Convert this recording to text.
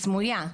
היא סמויה.